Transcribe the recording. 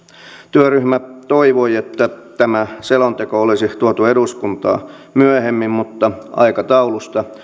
työryhmä toivoi että tämä selonteko olisi tuotu eduskuntaan myöhemmin mutta aikataulusta